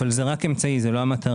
אבל זה רק אמצעי; זוהי לא המטרה.